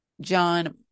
John